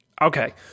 Okay